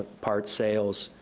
parts, sales,